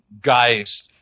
guys